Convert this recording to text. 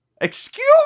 Excuse